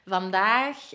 Vandaag